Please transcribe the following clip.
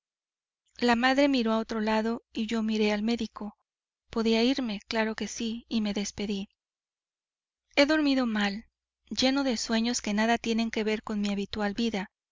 la madre miró a otro lado y yo miré al médico podía irme claro que sí y me despedí he dormido mal lleno de sueños que nada tienen que ver con mi habitual vida